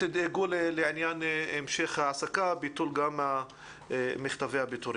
שתדאגו להמשך העסקה וביטול מכתבי הפיטורים.